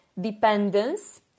dependence